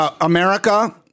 America